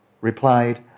replied